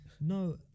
No